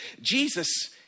Jesus